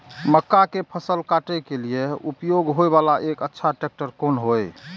मक्का के फसल काटय के लिए उपयोग होय वाला एक अच्छा ट्रैक्टर कोन हय?